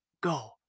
Go